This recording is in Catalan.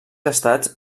estats